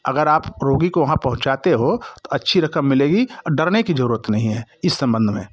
अगर आप रोगी को वहाँ पहुँचाते हो अच्छी रकम मिलेगी और डरने कि जरूरत नहीं है इस संबंध में